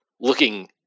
looking